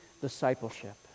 discipleship